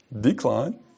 Decline